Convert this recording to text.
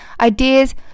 ideas